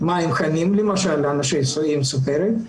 מים חמים, למשל אנשים עם סוכרת,